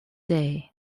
day